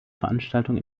veranstaltung